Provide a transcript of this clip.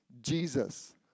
Jesus